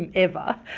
and ever.